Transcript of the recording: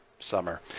summer